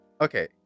okay